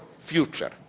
future